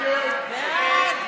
ההסתייגות